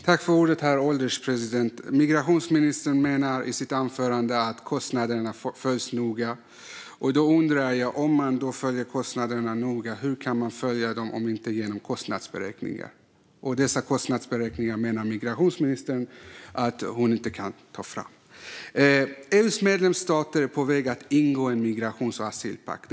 Herr ålderspresident! Migrationsministern säger i sitt anförande att kostnaderna följs noga. Jag undrar hur man kan följa dem om inte genom kostnadsberäkningar. Men migrationsministern menar att hon inte kan ta fram dessa kostnadsberäkningar. EU:s medlemsstater är på väg att ingå en migrations och asylpakt.